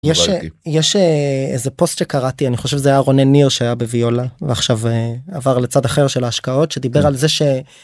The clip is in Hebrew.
יש איזה פוסט שקראתי אני חושב זה רונן ניר שהיה בויולה ועכשיו עבר לצד אחר של ההשקעות שדיבר על זה ש...